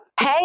Hey